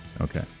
Okay